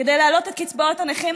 כדי להעלות את קצבאות הנכים,